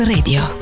Radio